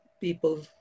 people